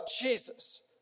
Jesus